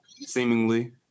seemingly